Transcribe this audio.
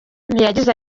ntiyagize